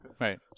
Right